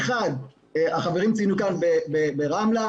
האחד, החברים ציינו כאן ברמלה.